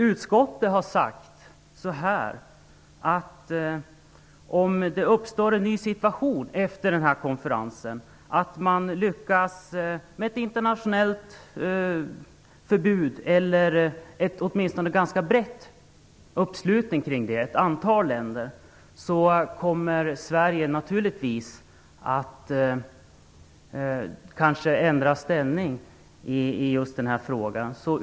Utskottet har sagt att Sverige kanske kommer att ändra ställning i frågan om det uppstår en ny situation efter konferensen, dvs. om man lyckas med ett internationellt förbud eller åtminstone får en ganska bred uppslutning från ett antal länder.